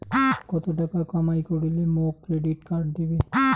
কত টাকা কামাই করিলে মোক ক্রেডিট কার্ড দিবে?